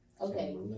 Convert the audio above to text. Okay